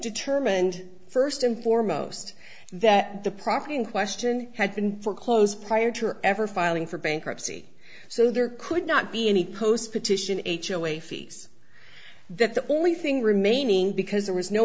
determined first and foremost that the property in question had been foreclosed prior to her ever filing for bankruptcy so there could not be any post petition h l a fees that the only thing remaining because there was no